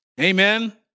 Amen